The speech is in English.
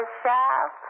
shop